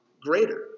greater